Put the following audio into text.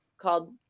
called